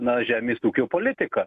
na žemės ūkio politika